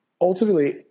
Ultimately